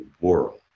world